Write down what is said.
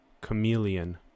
chameleon